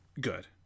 good